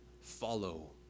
follow